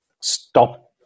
stop